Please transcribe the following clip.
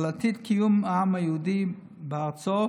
על עתיד קיום העם היהודי בארצו,